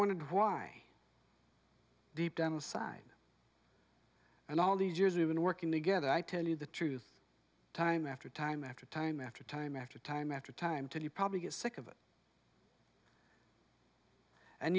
wondered why deep down inside and all these years we've been working together i tell you the truth time after time after time after time after time after time till you probably get sick of it and